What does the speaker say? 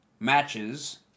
Matches